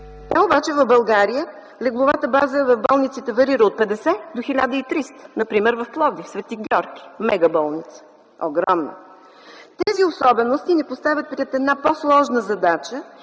обаче в България легловата база в болницата варира от 50 до 1300. Например в Пловдив – „Свети Георги”, мегаболница, огромна! Тези особености ни поставят пред една по-сложна задача